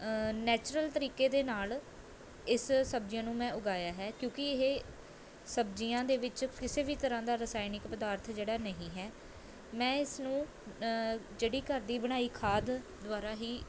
natural ਤਰੀਕੇ ਦੇ ਨਾਲ਼ ਇਸ ਸਬਜ਼ੀਆਂ ਨੂੰ ਮੈਂ ਉਗਾਇਆ ਹੈ ਕਿਉਂਕਿ ਇਹ ਸਬਜ਼ੀਆਂ ਦੇ ਵਿੱਚ ਕਿਸੇ ਵੀ ਤਰ੍ਹਾਂ ਦਾ ਰਸਾਇਣਿਕ ਪਦਾਰਥ ਜਿਹੜਾ ਨਹੀਂ ਹੈ ਮੈਂ ਇਸਨੂੰ ਜਿਹੜੀ ਘਰ ਦੀ ਬਣਾਈ ਖਾਦ ਦੁਆਰਾ ਹੀ